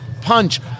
punch